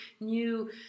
new